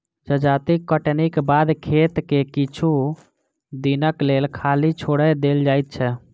जजाति कटनीक बाद खेत के किछु दिनक लेल खाली छोएड़ देल जाइत छै